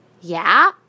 Yeah